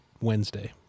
Wednesday